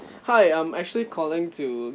hi I'm actually calling to